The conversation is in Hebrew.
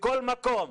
בכל מקום.